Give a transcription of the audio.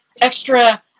extra